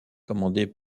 commandé